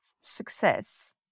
success